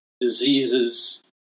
diseases